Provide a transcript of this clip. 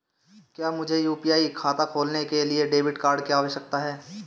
क्या मुझे यू.पी.आई खाता खोलने के लिए डेबिट कार्ड की आवश्यकता है?